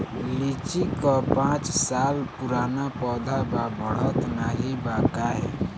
लीची क पांच साल पुराना पौधा बा बढ़त नाहीं बा काहे?